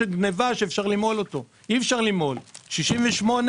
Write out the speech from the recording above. שני קילומטר מגבול רצועת